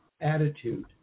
attitude